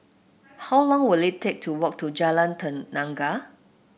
how long will it take to walk to Jalan Tenaga